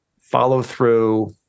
follow-through